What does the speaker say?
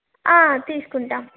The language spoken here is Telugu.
తీసుకుంటాం